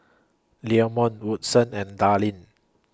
Leamon Woodson and Darline